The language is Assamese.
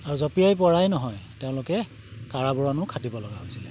আৰু জঁপিয়াই পৰাই নহয় তেওঁলোকে কাৰাবৰণো খাটিব লগা হৈছিলে